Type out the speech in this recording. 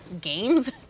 games